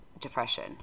Depression